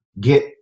get